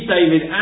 David